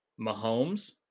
Mahomes